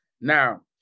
Now